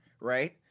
right